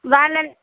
వాళ్ళని